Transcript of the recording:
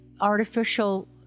artificial